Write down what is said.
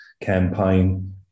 campaign